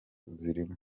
zirimo